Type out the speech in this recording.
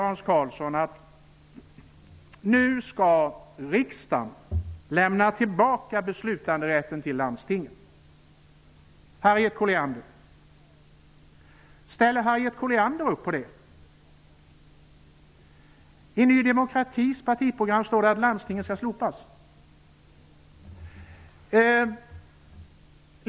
Hans Karlsson säger att riksdagen nu skall lämna tillbaka beslutanderätten till landstingen. Ställer Harriet Colliander upp på det? I Ny demokratis partiprogram står det att landstingen skall slopas.